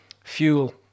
fuel